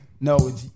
No